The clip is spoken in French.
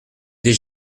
des